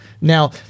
Now